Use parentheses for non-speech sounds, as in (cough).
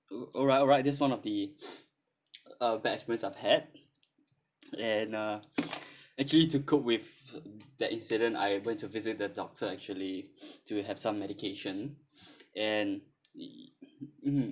oh alright alright this one of the (breath) uh bad experience I've had and uh actually to cope with that incident I went to visit the doctor actually to have some medication and mm